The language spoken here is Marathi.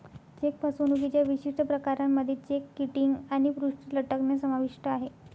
चेक फसवणुकीच्या विशिष्ट प्रकारांमध्ये चेक किटिंग आणि पृष्ठ लटकणे समाविष्ट आहे